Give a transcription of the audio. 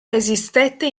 resistette